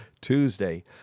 Tuesday